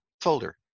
folder